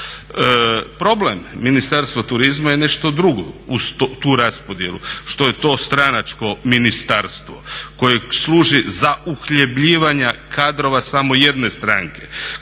Problem Ministarstva turizma je nešto drugo uz tu raspodjelu što je to stranačko ministarstvo koje služi za uhljebljivanja kadrova samo jedne stranke